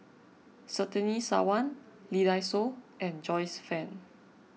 Surtini Sarwan Lee Dai Soh and Joyce Fan